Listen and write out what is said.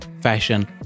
Fashion